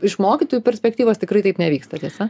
iš mokytojų perspektyvos tikrai taip nevyksta tiesa